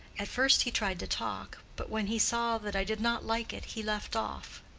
at first he tried to talk, but when he saw that i did not like it, he left off.